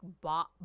bought